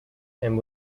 and